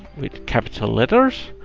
with capital letters.